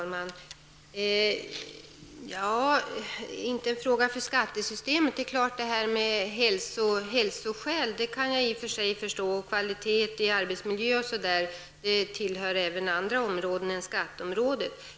Herr talman! Inte en fråga för skattesystemet -- nja. Det är klart att hälsoskälen och frågan om kvaliteten i arbetsmiljön berör även andra områden än skatteområdet.